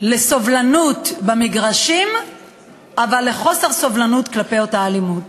לסובלנות במגרשים אבל לחוסר סובלנות כלפי אותה אלימות.